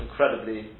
Incredibly